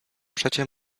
przecie